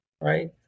right